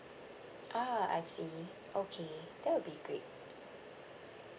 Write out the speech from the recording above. ah I see okay that'll be great